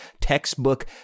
textbook